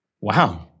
Wow